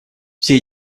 все